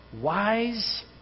wise